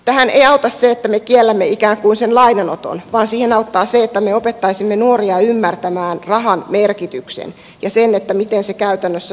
tähän ei auta se että me kiellämme ikään kuin sen lainanoton vaan siihen auttaa se että me opettaisimme nuoria ymmärtämään rahan merkityksen ja sen miten se käytännössä toimii